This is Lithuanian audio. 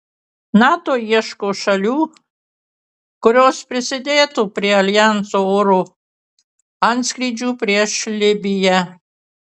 nato ieško šalių kurios prisidėtų prie aljanso oro antskrydžių prieš libiją